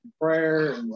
prayer